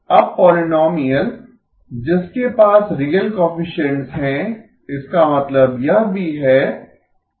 अब पोलिनोमियल जिसके पास रियल कोएफिसिएंट्स हैं इसका मतलब यह भी है कि